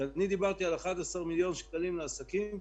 כשדיברתי על 11 מיליון שקלים לעסקים,